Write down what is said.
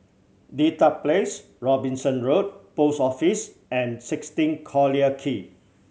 Dedap Place Robinson Road Post Office and sixteen Collyer Quay